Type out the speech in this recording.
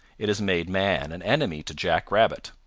it has made man an enemy to jack rabbit.